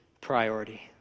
priority